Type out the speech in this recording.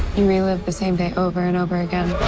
you relive the same day over and over again,